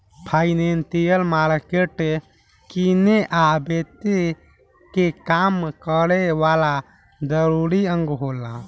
financial market किने आ बेचे के काम करे वाला जरूरी अंग होला